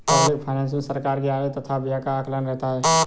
public finance मे सरकार के आय तथा व्यय का आकलन रहता है